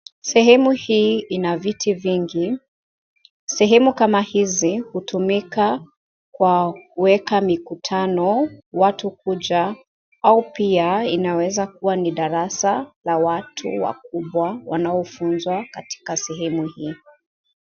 Sehemu hii ina viti vingi. Sehemu kama hizi hutumika kwa kueka mikutano, watu kuja, au pia inaweza kua ni darasa la watu wakubwa wanaofunzwa katika sehemu hii.